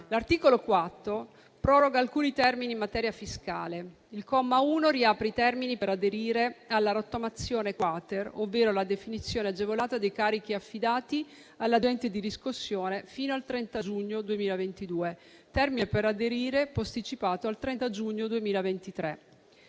L'articolo 4 proroga alcuni termini in materia fiscale. Il comma 1 riapre i termini per aderire alla rottamazione-*quater*, ovvero la definizione agevolata dei carichi affidati all'agente di riscossione fino al 30 giugno 2022. Il termine per aderire è posticipato al 30 giugno 2023.